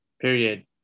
Period